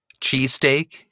Cheesesteak